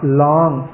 long